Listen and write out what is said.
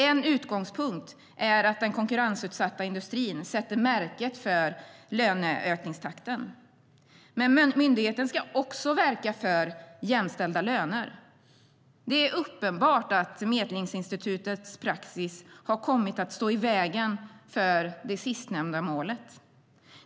En utgångspunkt är att den konkurrensutsatta industrin sätter märket för löneökningstakten. Myndigheten ska också verka för jämställda löner. Det är uppenbart att Medlingsinstitutets praxis har kommit att stå i vägen för det sistnämnda målet.